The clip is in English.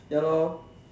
ya lor